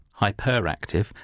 Hyperactive